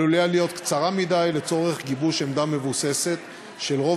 עלולה להיות קצרה מדי לצורך גיבוש עמדה מבוססת של רוב